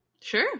sure